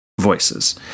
voices